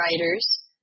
writers